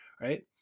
right